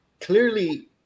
clearly